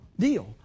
deal